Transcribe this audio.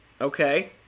Okay